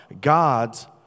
God's